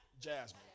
Jasmine